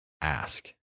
ask